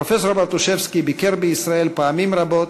פרופסור ברטושבסקי ביקר בישראל פעמים רבות,